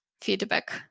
feedback